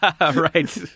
Right